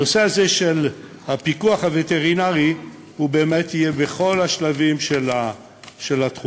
הנושא הזה של הפיקוח הווטרינרי באמת יהיה בכל השלבים של התחום,